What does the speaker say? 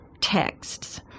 texts